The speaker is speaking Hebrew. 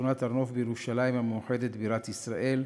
בשכונת הר-נוף בירושלים המאוחדת בירת ישראל.